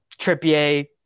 Trippier